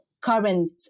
current